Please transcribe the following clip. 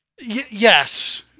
Yes